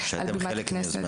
שאתם חלק מיוזמי